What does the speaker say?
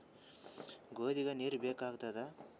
ಗೋಧಿಗ ನೀರ್ ಬೇಕಾಗತದ?